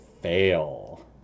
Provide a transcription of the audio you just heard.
fail